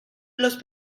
los